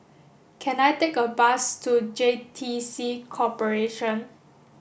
can I take a bus to J T C Corporation